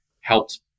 helped